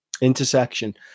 intersection